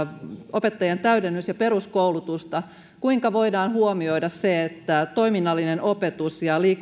opettajien täydennys ja peruskoulutusta kuinka voidaan huomioida se että toiminnallinen opetus ja